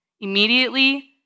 Immediately